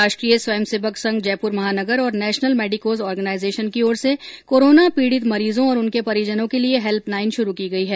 राष्ट्रीय स्वयं सेवक संघ जयपुर महानगर और नेशनल मैडिकोज ऑर्गनाईजेशन की ओर से कोरोना पीडित मरीजों और उनके परिजनों के लिए हैल्पलाईन शुरू की गई है